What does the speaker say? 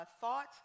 thought